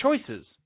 choices